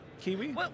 Kiwi